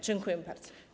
Dziękuję bardzo.